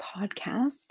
podcast